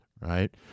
Right